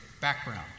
background